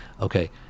Okay